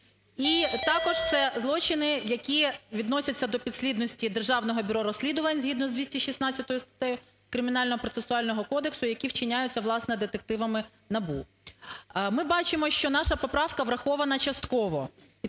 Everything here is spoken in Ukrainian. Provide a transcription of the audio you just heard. І також це злочини, які відносяться до підслідності Державного бюро розслідувань згідно з 216 статтею Кримінально-процесуального кодексу, які вчиняються, власне, детективами НАБУ. Ми бачимо, що наша поправка врахована частково.